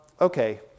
Okay